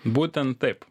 būtent taip